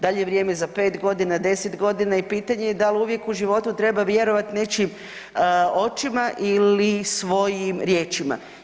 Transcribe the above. Da li je vrijeme za 5 godina, 10 godina i pitanje je da li uvijek u životu treba vjerovati nečijim očima ili svojim riječima?